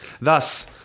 Thus